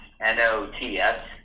N-O-T-S